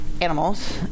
animals